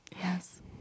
Yes